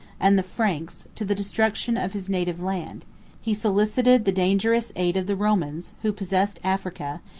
and the franks, to the destruction of his native land he solicited the dangerous aid of the romans, who possessed africa,